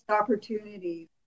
opportunities